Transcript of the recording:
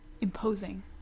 imposing